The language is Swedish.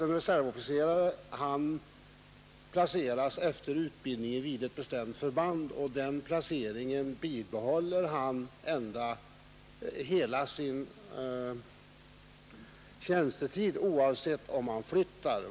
En reservofficer placeras ju efter utbildningen vid ett bestämt regemente och den placeringen behåller han hela sin tjänstetid, oavsett om han byter bostadsort.